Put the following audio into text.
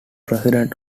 president